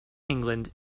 england